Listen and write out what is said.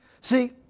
See